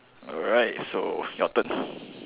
alright so your turn